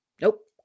Nope